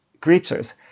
creatures